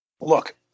look